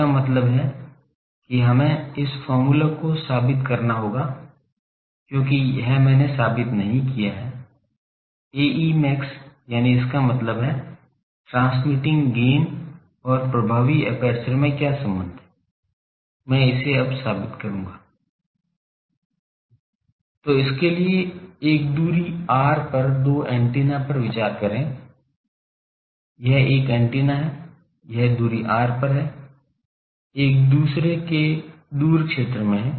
इसका मतलब है कि हमें इस फार्मूला को साबित करना होगा क्योंकि यह मैंने साबित नहीं किया है Ae max यानी इसका मतलब है ट्रांसमिटिंग गैन और प्रभावी एपर्चर में क्या सम्बन्ध है मैं इसे अब साबित करूँगा तो इसके लिए एक दूरी R पर दो एंटीना पर विचार करें तो यह एक एंटीना है यह दूरी R पर है